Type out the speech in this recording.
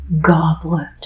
goblet